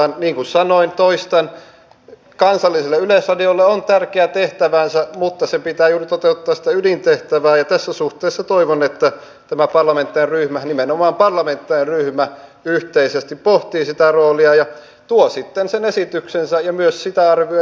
niin kuin sanoin toistan kansallisella yleisradiolla on tärkeä tehtävänsä mutta sen pitää juuri toteuttaa sitä ydintehtävää ja tässä suhteessa toivon että tämä parlamentaarinen ryhmä nimenomaan parlamentaarinen ryhmä yhteisesti pohtii sitä roolia ja tuo sitten sen esityksensä ja myös sitä arvioi mikä rahoitus siihen tarvitaan